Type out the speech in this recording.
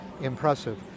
impressive